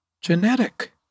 genetic